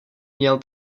měl